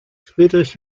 friedrich